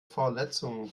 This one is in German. verletzungen